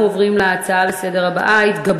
אנחנו עוברים להצעות לסדר-היום מס' 1298,